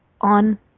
on